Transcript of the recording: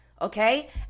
Okay